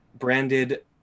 Branded